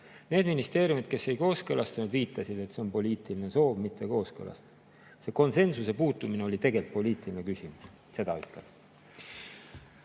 Need ministeeriumid, kes ei kooskõlastanud, viitasid, et see on poliitiline soov mitte kooskõlastada. Konsensuse puudumine oli tegelikult poliitiline küsimus, seda ütlen.